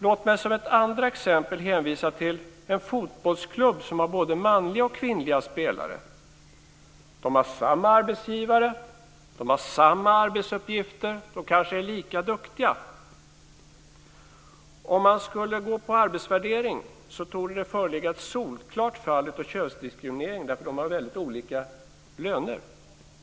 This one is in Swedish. Låt mig som ett andra exempel hänvisa till en fotbollsklubb som har både manliga och kvinnliga spelare. De har samma arbetsgivare, de har samma arbetsuppgifter och de är kanske lika duktiga. Om man ska gå på arbetsvärdering torde det föreligga ett solklart fall av könsdiskriminering, därför att de har väldigt olika löner.